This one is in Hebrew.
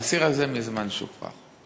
האסיר הזה מזמן שוחרר,